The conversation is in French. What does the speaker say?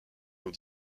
aux